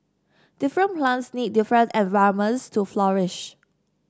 different plants need different environments to flourish